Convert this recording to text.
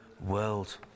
world